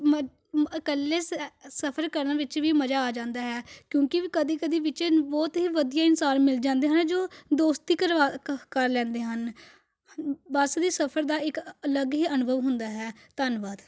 ਮ ਮ ਇਕੱਲੇ ਸੈ ਸਫ਼ਰ ਕਰਨ ਵਿੱਚ ਵੀ ਮਜ਼ਾ ਆ ਜਾਂਦਾ ਹੈ ਕਿਉਂਕਿ ਵੀ ਕਦੀ ਕਦੀ ਵਿਚੇ ਬਹੁਤ ਹੀ ਵਧੀਆ ਇਨਸਾਨ ਮਿਲ ਜਾਂਦੇ ਹਨ ਜੋ ਦੋਸਤੀ ਕਰਵਾ ਕ ਕਰ ਲੈਂਦੇ ਹਨ ਬੱਸ ਦੇ ਸਫ਼ਰ ਦਾ ਇੱਕ ਅਲੱਗ ਹੀ ਅਨੁਭਵ ਹੁੰਦਾ ਹੈ ਧੰਨਵਾਦ